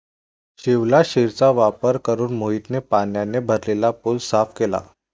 शिवलाशिरचा वापर करून मोहितने पाण्याने भरलेला पूल साफ केला